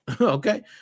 Okay